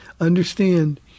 understand